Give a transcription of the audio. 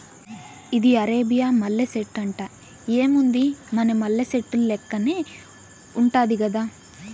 ఇది అరేబియా మల్లె సెట్టంట, ఏముంది మన మల్లె సెట్టు లెక్కనే ఉండాది గదా